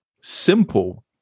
simple